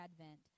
Advent